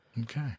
Okay